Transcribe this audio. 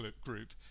group